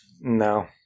No